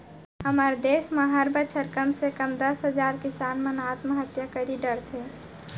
हमर देस म हर बछर कम से कम दस हजार किसान मन आत्महत्या करी डरथे